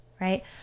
right